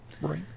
Right